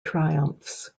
triumphs